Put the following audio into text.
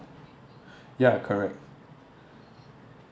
ya correct